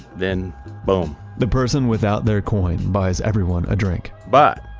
then boom the person without their coin buys everyone a drink but,